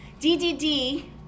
DDD